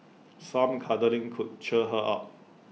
some cuddling could cheer her up